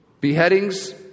Beheadings